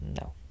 No